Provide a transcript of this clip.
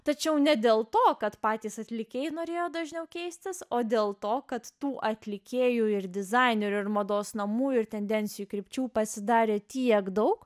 tačiau ne dėl to kad patys atlikėjai norėjo dažniau keistis o dėl to kad tų atlikėjų ir dizainerių ir mados namų ir tendencijų krypčių pasidarė tiek daug